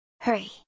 Hurry